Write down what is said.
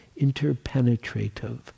Interpenetrative